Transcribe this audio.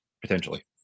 potentially